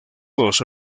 dos